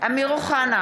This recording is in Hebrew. אמיר אוחנה,